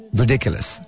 ridiculous